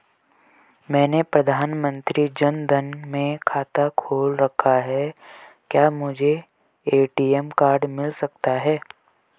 मैंने प्रधानमंत्री जन धन में खाता खोल रखा है क्या मुझे ए.टी.एम कार्ड मिल सकता है?